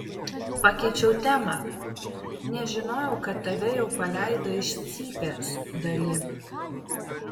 pakeičiau temą nežinojau kad tave jau paleido iš cypės dali